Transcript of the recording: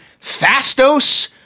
Fastos